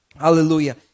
Hallelujah